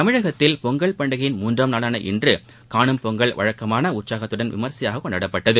தமிழகத்தில் பொங்கல் பண்டிகையின் மூன்றாம் நாளான இன்று கானும் பொங்கல் வழக்கமான உற்சாகத்துடன் விமரிசையாக கொண்டாடப்பட்டது